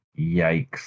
Yikes